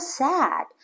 sad